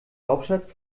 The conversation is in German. hauptstadt